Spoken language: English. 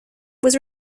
was